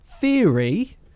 Theory